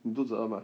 你肚子饿 mah